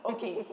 Okay